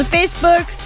Facebook